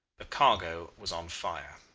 the cargo was on fire.